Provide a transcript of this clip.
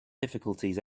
difficulties